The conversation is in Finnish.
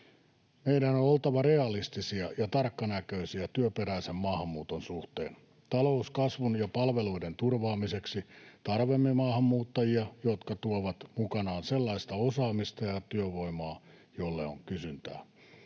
Meidän on oltava realistisia ja tarkkanäköisiä työperäisen maahanmuuton suhteen. Talouskasvun ja palveluiden turvaamiseksi tarvitsemme maahanmuuttajia, jotka tuovat mukanaan sellaista osaamista ja työvoimaa, jolle on kysyntää.